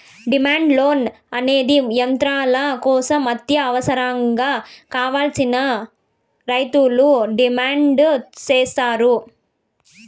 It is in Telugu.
డిమాండ్ లోన్ అనేది యంత్రాల కోసం అత్యవసరంగా కావాలని రైతులు డిమాండ్ సేత్తారు